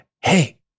Hey